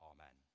Amen